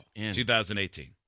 2018